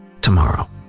tomorrow